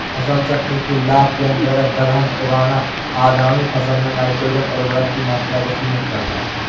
फसल चक्र के लाभ के अंतर्गत दलहन उगाना आगामी फसल में नाइट्रोजन उर्वरक की मात्रा को सीमित करता है